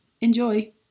Enjoy